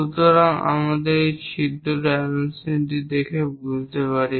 সুতরাং আসুন আমরা এই ছিদ্র ডাইমেনশন দেখি এবং বুঝতে পারি